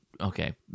okay